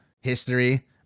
history